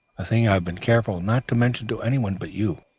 a thing i've been careful not to mention to anyone but you,